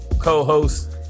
co-host